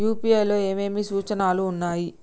UPI లో ఏమేమి సూచనలు ఉన్నాయి?